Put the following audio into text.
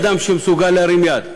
אדם שמסוגל להרים יד,